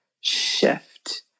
shift